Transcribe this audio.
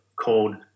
called